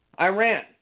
Iran